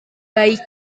baik